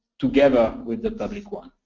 together with the public one.